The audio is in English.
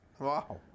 Wow